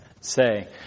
say